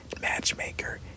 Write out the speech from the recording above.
matchmaker